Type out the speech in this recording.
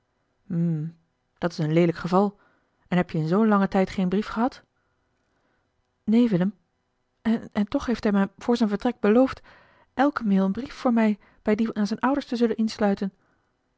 hm dat is een leelijk geval en heb je in zoo'n langen tijd geen brief gehad eli heimans willem roda neen willem en toch heeft hij mij voor zijn vertrek beloofd elke mail een brief voor mij bij dien aan zijne ouders te zullen insluiten